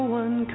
one